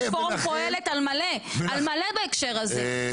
הרפורמה פועלת על מלא בהקשר הזה.